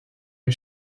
les